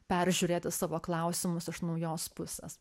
peržiūrėti savo klausimus iš naujos pusės